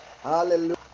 Hallelujah